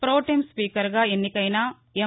pro tem స్పీకర్గా ఎన్నికైన ఎం